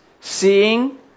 seeing